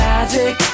Magic